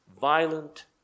violent